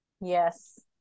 Yes